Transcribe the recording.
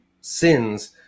sins